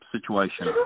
situation